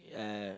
yeah